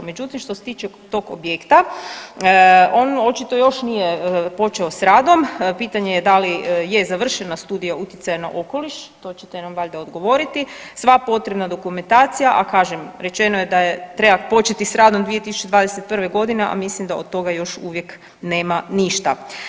Međutim, što se tiče tog objekta on očito još nije počeo s radom, pitanje je da li je završena studija utjecaja na okoliš, to ćete nam valjda odgovoriti, sva potrebna dokumentacija, a kažem rečeno je da treba početi s radom 2021. godine, a mislim da od toga još uvijek nema ništa.